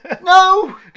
No